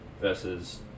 versus